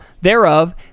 thereof